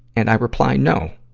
and i reply, no.